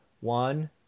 One